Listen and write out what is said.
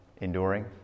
enduring